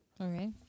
Okay